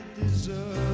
deserve